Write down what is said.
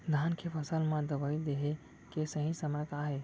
धान के फसल मा दवई देहे के सही समय का हे?